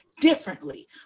differently